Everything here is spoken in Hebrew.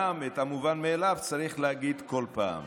גם את המובן מאליו צריך להגיד כל פעם.